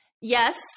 yes